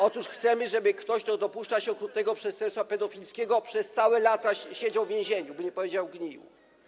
Otóż chcemy, żeby ktoś, kto dopuszcza się okrutnego przestępstwa pedofilskiego, przez całe lata siedział w więzieniu, by nie powiedzieć, gnił.